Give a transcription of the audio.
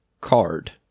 card